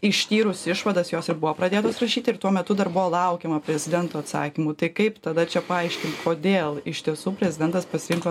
ištyrus išvadas jos ir buvo pradėtos rašyti ir tuo metu dar buvo laukiama prezidento atsakymų tai kaip tada čia paaiškint kodėl iš tiesų prezidentas pasirinko